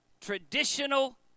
traditional